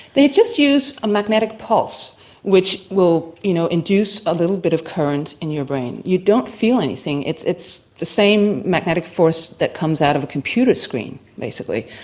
they just used a magnetic pulse which will, you know, induce a little bit of current in your brain. you don't feel anything, it's it's the same magnetic force that comes out of a computer screen basically,